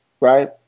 right